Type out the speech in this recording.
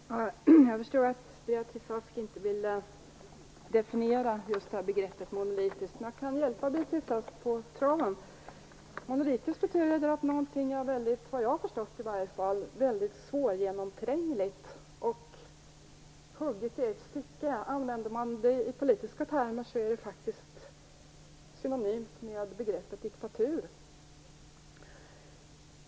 Fru talman! Jag förstår att Beatrice Ask inte vill definiera begreppet monolitisk. Men jag kan hjälpa henne på traven. Monolitisk betyder att någonting är väldigt svårgenomträngligt och hugget i ett stycke, enligt vad jag har förstått. Om man använder begreppet som politisk term är det faktiskt synonymt med begreppet diktatur.